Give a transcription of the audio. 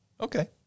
Okay